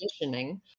conditioning